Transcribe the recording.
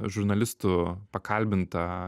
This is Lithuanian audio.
žurnalistų pakalbinta